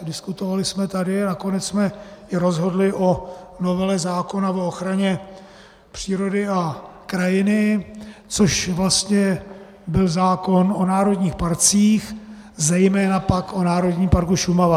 Diskutovali jsme tady a nakonec jsme i rozhodli o novele zákona o ochraně přírody a krajiny, což vlastně byl zákon o národních parcích, zejména pak o Národním parku Šumava.